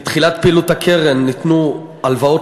מתחילת פעילות הקרן ניתנו הלוואות